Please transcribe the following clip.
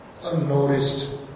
unnoticed